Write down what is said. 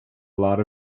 lot